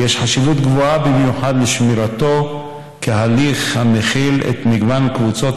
ויש חשיבות גבוהה במיוחד לשמירתו כהליך המכיל את מגוון קבוצות